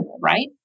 Right